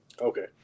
Okay